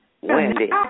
Wendy